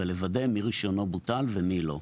ולוודא מי רישיונו בוטל ומי לא,